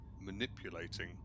manipulating